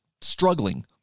struggling